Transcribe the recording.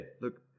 look